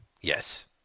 Yes